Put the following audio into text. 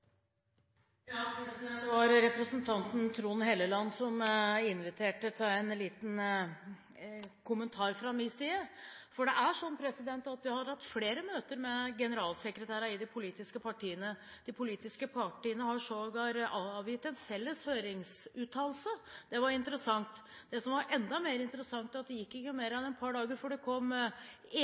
Det var representanten Trond Helleland som inviterte til en liten kommentar fra min side. Vi har hatt flere møter med generalsekretærene i de politiske partiene. De politiske partiene har sågar avgitt en felles høringsuttalelse. Det var interessant. Det som var enda mer interessant, var at det ikke gikk mer enn et par dager før det kom